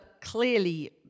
clearly-